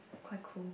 quite cool